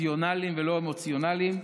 רציונליים ולא אמוציונליים,